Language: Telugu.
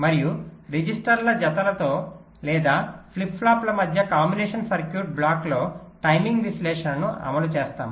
మరియు రిజిస్ట్రర్ ల జతలలో లేదా ఫ్లిప్ ఫ్లాప్ల మధ్య కాంబినేషన్ సర్క్యూట్ బ్లాక్లో టైమింగ్ విశ్లేషణను అమలు చేస్తాము